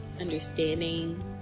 understanding